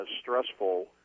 stressful